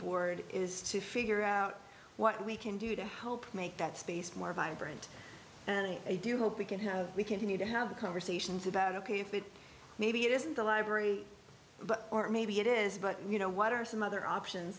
board is to figure out what we can do to help make that space more vibrant and i do hope we can have we continue to have conversations about ok if it maybe it isn't the library but maybe it is but you know what are some other options